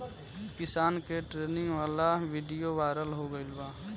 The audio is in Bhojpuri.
किसान के ट्रेनिंग वाला विडीओ वायरल हो गईल बा